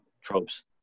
tropes